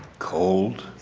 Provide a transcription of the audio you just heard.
cold,